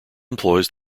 employs